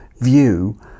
view